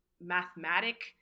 mathematic